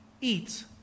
eats